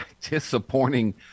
disappointing